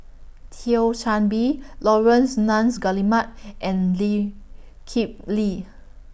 Thio Chan Bee Laurence Nunns Guillemard and Lee Kip Lee